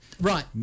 Right